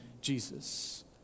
Jesus